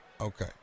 Okay